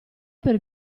per